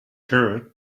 her